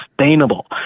sustainable